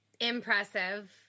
Impressive